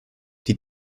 die